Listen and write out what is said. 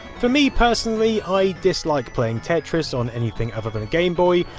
for me personally, i dislike playing tetris on anything other than a game boy,